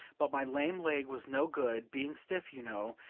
but my lame leg was no good, being stiff, you know,